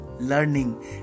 learning